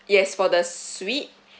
yes for the suite